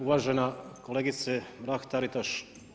Uvažena kolegice Mrak-TAritaš.